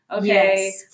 Okay